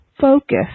focus